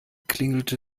klingelte